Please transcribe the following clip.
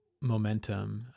momentum